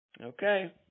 Okay